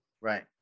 Right